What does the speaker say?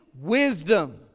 wisdom